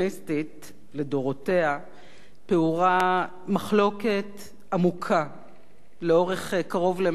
לדורותיה פעורה מחלוקת עמוקה לאורך קרוב ל-100 שנים.